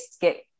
get